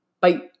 Bye